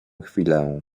chwilę